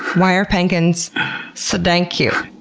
why are penkins so dang cute?